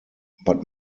but